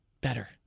better